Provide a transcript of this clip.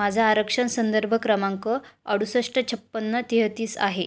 माझा आरक्षण संदर्भ क्रमांक अडुसष्ट छप्पन्न तेहतीस आहे